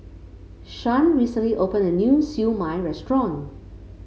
Shan recently opened a new Siew Mai restaurant